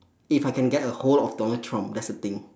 if I can get ahold of donald-trump that's the thing